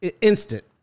instant